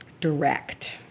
direct